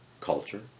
culture